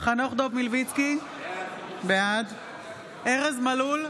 חנוך דב מלביצקי, בעד ארז מלול,